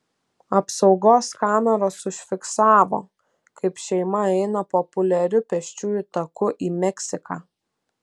apsaugos kameros užfiksavo kaip šeima eina populiariu pėsčiųjų taku į meksiką